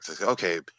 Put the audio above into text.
Okay